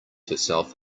herself